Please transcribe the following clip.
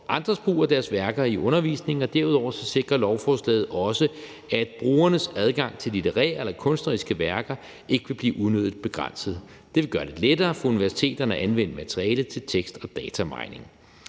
andres brug af deres værker i undervisningen, og derudover sikrer lovforslaget også, at brugernes adgang til litterære eller kunstneriske værker ikke vil blive unødigt begrænset. Det vil gøre det lettere for universiteterne at anvende materialet til tekst- og datamining,